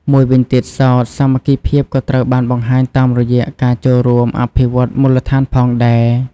មួយវិញទៀតសោត សាមគ្គីភាពក៏ត្រូវបានបង្ហាញតាមរយៈការចូលរួមអភិវឌ្ឍន៍មូលដ្ឋានផងដែរ។